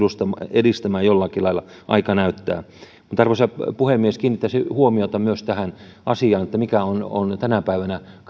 edistämään jollakin lailla sen aika näyttää arvoisa puhemies kiinnittäisin huomiota myös tähän asiaan että mikä on on tänä päivänä